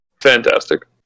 fantastic